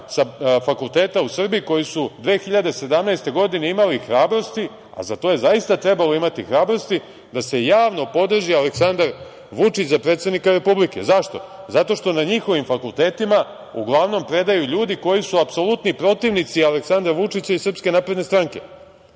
fakulteta u Srbiji koji su 2017. godine imali hrabrosti, a za to je zaista trebalo imati hrabrosti, da se javno podrži Aleksandar Vučić za predsednika Republike.Zašto? Zato što na njihovim fakultetima uglavnom predaju ljudi koji su apsolutni protivnici Aleksandra Vučića i SNS. Pojavili su se